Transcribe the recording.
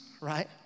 right